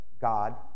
God